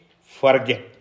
forget